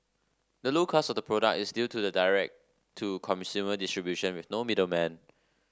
the low cost of the product is due to the direct to consumer distribution with no middlemen